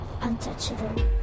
untouchable